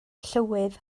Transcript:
llywydd